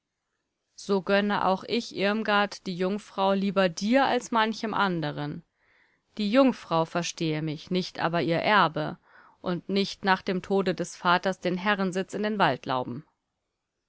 so gönne auch ich irmgard die jungfrau lieber dir als manchem anderen die jungfrau verstehe mich nicht aber ihr erbe und nicht nach dem tode des vaters den herrensitz in den